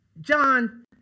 John